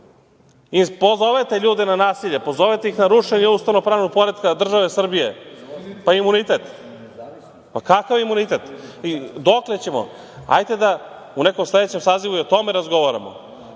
pozovete ljude na nasilje, pozovete ih na rušenje ustavno pravnog poretka države Srbije, pa imunitet. Pa, kakav imunitet? Dokle ćemo? Hajde da u nekom sledećem sazivu i o tome razgovaramo,